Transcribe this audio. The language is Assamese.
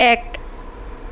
এক